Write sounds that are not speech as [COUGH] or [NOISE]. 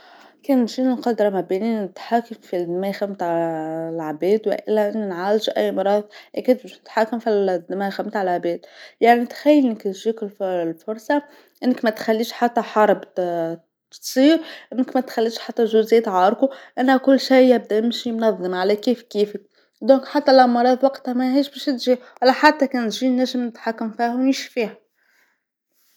كان تجيني القدره ما بين نتحكم في الدماغ متاع [HESITATION] العباد وإلا نعالج أي مراض أكيد باش نتحكم في دماغ تاع العباد، لأن كان تجيك ال- الفرصه أنك ما تخليش حتى حرب [HESITATION] ت- تصير، أنك ما تخليش حتى زوز يتعاركو، أن كل شي يبدا يمشي منظم على كيف كيفك، إذن حتى الأمراض وقتها ماهيش باش تجي ولا حتى كان تجي نجم نتحكم فيها ونشفيها.